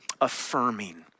affirming